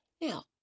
Now